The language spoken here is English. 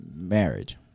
Marriage